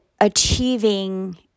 achieving